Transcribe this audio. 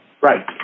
Right